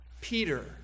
Peter